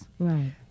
Right